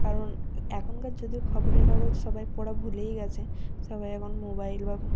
কারণ এখনকার যদিও খবরের কাগজ সবাই পড়া ভুলেই গেছে সবাই এখন মোবাইল বা